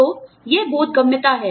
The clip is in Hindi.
तो यह बोधगम्यता है